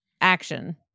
action